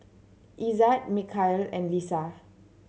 Izzat Mikhail and Lisa